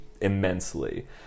immensely